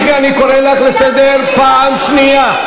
אם תמשיכי אני קורא אותך לסדר פעם שנייה.